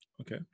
Okay